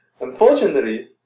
Unfortunately